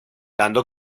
dando